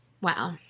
Wow